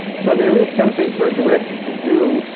so there is something for a director to do,